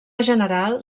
general